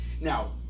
Now